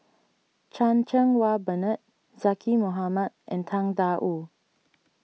Chan Cheng Wah Bernard Zaqy Mohamad and Tang Da Wu